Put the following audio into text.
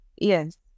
yes